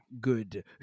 good